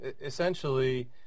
essentially